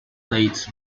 plates